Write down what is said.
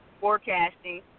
forecasting